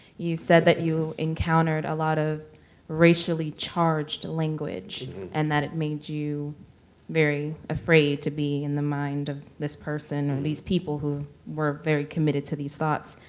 you said that you encountered a lot of racially charged language and that it made you very afraid to be in the mind of this person or these people who were very committed to these thoughts.